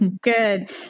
Good